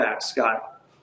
Scott